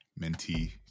mentee